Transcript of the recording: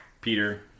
Peter